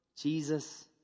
Jesus